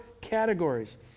categories